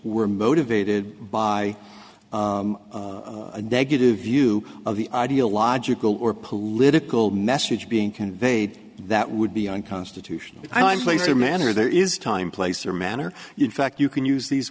were motivated by a negative view of the ideological or political message being conveyed that would be unconstitutional i'm place or manner there is time place or manner in fact you can use these